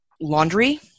Laundry